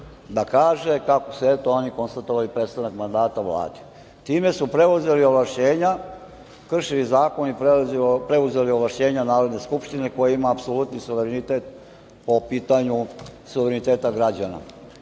da kaže kako su oni konstatovali prestanak mandata Vladi.26/4 VS/IRTime su preuzeli ovlašćenja, kršili zakon i preuzeli ovlašćenja Narodne Skupštine, koja ima apsolutni suverenitet po pitanju suvereniteta građana,